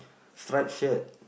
stripe shirt